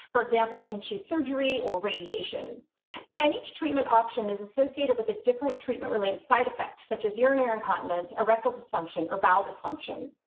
for example, they can choose surgery or radiation and each treatment option is associated with a different treatment related side effects, such as urinary incontinence or records assumption or valve assumption.